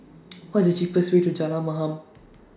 What IS The cheapest Way to Jalan Mamam